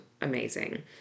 amazing